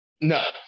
No